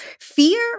fear